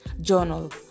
Journal